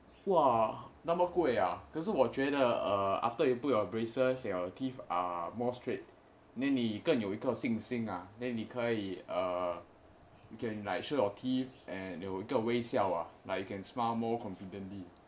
哇那么贵啊可是我觉得 after you put your braces your teeth are more straight 那你更有一个信心啊你可以 err you can like show your teeth and 有一个微笑 ah like you can smile more confidently